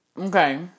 Okay